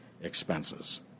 expenses